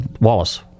Wallace